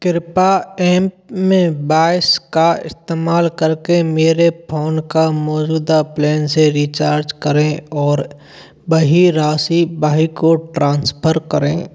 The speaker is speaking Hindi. कृपया एममेबाइस का इस्तमाल करके मेरे फोन का मौजूदा प्लैन से रिचार्ज करें और वही राशि भाई को ट्रांसफ़र करें